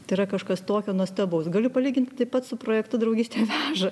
tai yra kažkas tokio nuostabaus galiu palyginti taip pat su projektu draugystė veža